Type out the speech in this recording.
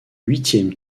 huitième